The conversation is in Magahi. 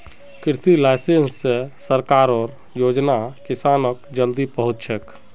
कृषि लाइसेंस स सरकारेर योजना किसानक जल्दी पहुंचछेक